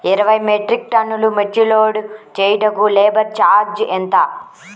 ఇరవై మెట్రిక్ టన్నులు మిర్చి లోడ్ చేయుటకు లేబర్ ఛార్జ్ ఎంత?